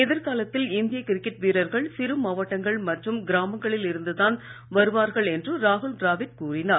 எதிர்காலத்தில் இந்திய கிரிக்கெட் வீரர்கள் சிறு மாவட்டங்கள் மற்றும் கிராமங்களில் இருந்து தான் வருவார்கள் என்று ராகுல் ட்ராவிட் கூறினார்